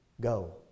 Go